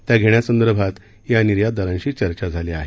त्या घेण्यासंदर्भात या निर्यातदारांशी चर्चा झाली आहे